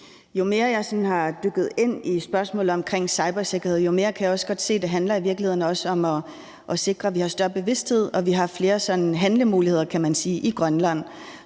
Jo mere jeg har dykket ned i spørgsmålet om cybersikkerhed, jo mere kan jeg også godt se, at det i virkeligheden også handler om at sikre, at vi har større bevidsthed og har flere handlemuligheder, kan